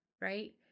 right